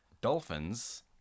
Dolphins